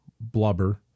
blubber